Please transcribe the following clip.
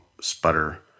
sputter